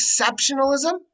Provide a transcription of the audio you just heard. exceptionalism